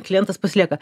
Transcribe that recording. klientas pasilieka